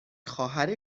خواهر